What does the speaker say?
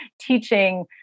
teaching